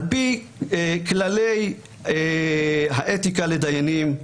על פי כללי האתיקה לדיינים,